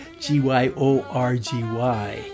G-Y-O-R-G-Y